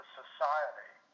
society